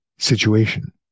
situation